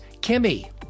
Kimmy